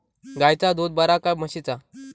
गायचा दूध बरा काय म्हशीचा?